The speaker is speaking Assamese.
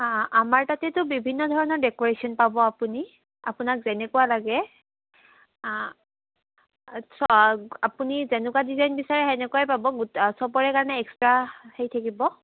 আমাৰ তাতেতো বিভিন্ন ধৰণৰ ডেক'ৰেশ্বন পাব আপুনি আপোনাক যেনেকুৱা লাগে আপুনি যেনেকুৱা ডিজাইন বিচাৰে সেনেকুৱাই পাব চবৰে কাৰণে এক্সট্ৰা হেৰি থাকিব